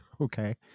okay